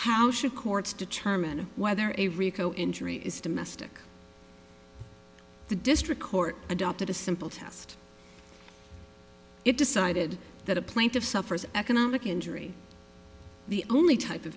how should courts determine whether a rico injury is domestic the district court adopted a simple test it decided that a plaintiff suffers economic injury the only type of